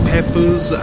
Peppers